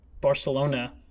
barcelona